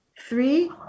three